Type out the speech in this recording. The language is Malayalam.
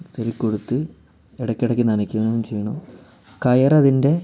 വിതറിക്കൊടുത്ത് ഇടയ്ക്കിടയ്ക്കു നനക്കുകയും ചെയ്യണം കയറതിൻ്റെ